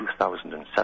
2007